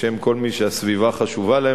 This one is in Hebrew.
בשם כל מי שהסביבה חשובה להם,